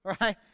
Right